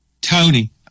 Tony